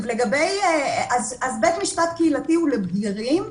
אם כן, בית משפט קהילתי הוא לבגירים.